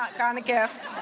um gotten a gift,